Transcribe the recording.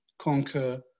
conquer